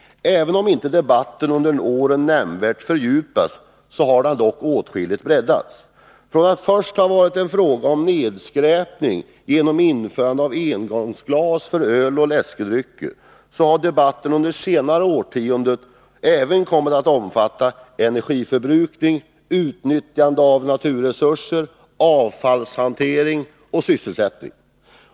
Även om inte debatten under åren nämnvärt fördjupats så har den åtskilligt breddats. Från att först ha varit en fråga om nedskräpning genom införandet av engångsglas för öl och läskedrycker, så har debatten under det senaste årtiondet även kommit att omfatta energiförbrukningen, utnyttjandet av naturresurser, avfallshantering samt sysselsättning.